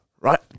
right